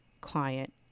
client